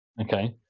Okay